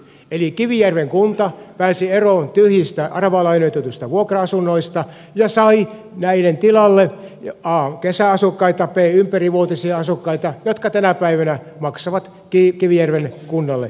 eli kivijärven kunta pääsi eroon tyhjistä aravalainoitetuista vuokra asunnoista ja sai näiden tilalle a kesäasukkaita b ympärivuotisia asukkaita jotka tänä päivänä maksavat kivijärven kunnalle veroja